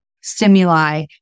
stimuli